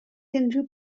unrhyw